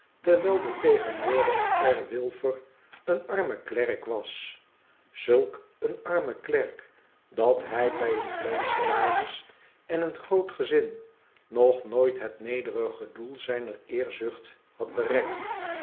terwijl de tegenwoordige r wilfer een arme klerk was zulk een arme klerk dat hij bij een klein salaris en een groot gezin nog nooit het nederige doel zijner eerzucht had bereikt